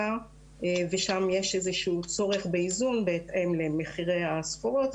ושם יש איזה שהוא צורך באיזון בהתאם למחירי הסחורות.